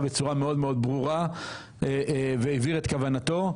בצורה מאוד מאוד ברורה והבהיר את כוונתו.